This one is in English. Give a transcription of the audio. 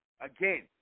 Again